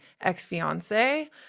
ex-fiance